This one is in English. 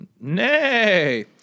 Nay